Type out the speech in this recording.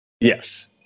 Yes